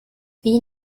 wie